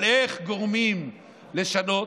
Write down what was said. אבל איך גורמים לשינוי?